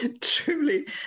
Truly